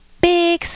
big